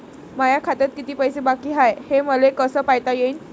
माया खात्यात किती पैसे बाकी हाय, हे मले कस पायता येईन?